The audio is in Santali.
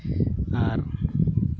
ᱟᱨ